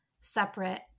separate